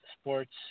Sports